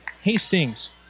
Hastings